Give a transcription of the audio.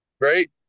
Great